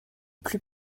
plus